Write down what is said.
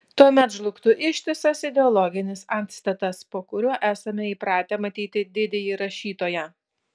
tuomet žlugtų ištisas ideologinis antstatas po kuriuo esame įpratę matyti didįjį rašytoją